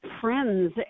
friends